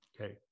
Okay